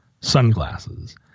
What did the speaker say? sunglasses